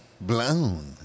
blown